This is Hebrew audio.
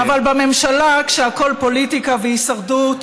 אבל בממשלה שהכול בה פוליטיקה והישרדות,